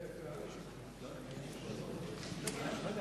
אדוני היושב-ראש, אדוני השר,